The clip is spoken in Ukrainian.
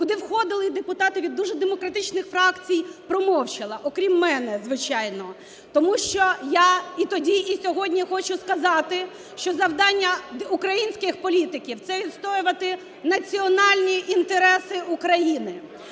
куди входили депутати від дуже демократичних фракцій, промовчала, окрім мене, звичайно. Тому що я і тоді, і сьогодні хочу сказати, що завдання українських політиків – це відстоювати національні інтереси України.